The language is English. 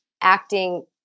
acting